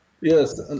Yes